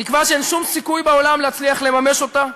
תקווה שאין שום סיכוי בעולם להצליח לממש אותה,